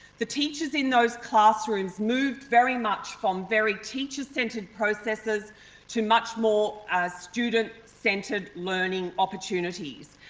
the teachers in those classrooms moved very much from very teacher centred processes to much more student centred learning opportunities.